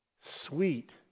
sweet